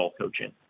coaching